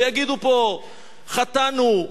ויגידו פה: חטאנו,